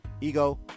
Ego